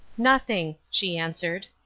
nothing, she answered.